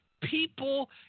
people